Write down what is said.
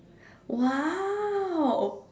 !wow!